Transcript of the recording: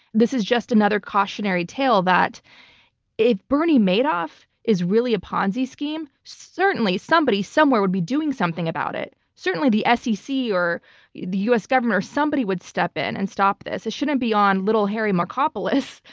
this is just another cautionary tale that if bernie madoff is really a ponzi scheme, certainly somebody somewhere would be doing something about it. certainly the fcc or the us government or somebody would step in and stop this. it shouldn't be on little harry markopolos,